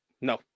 no